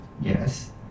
Yes